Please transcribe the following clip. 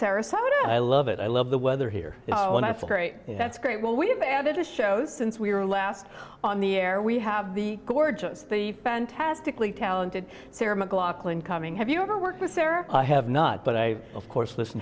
sarasota i love it i love the weather here when i feel great that's great well we have added a show since we were last on the air we have the gorgeous the fantastically talented sarah mclachlan coming have you ever worked with her i have not but i of course listen